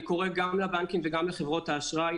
אני קורא גם לבנקים וגם לחברות האשראי,